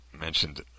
mentioned